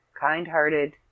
kind-hearted